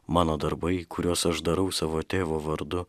mano darbai kuriuos aš darau savo tėvo vardu